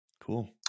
Cool